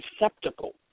receptacle